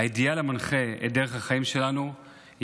האידיאל המנחה את דרך החיים שלנו הוא